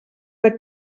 del